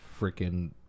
freaking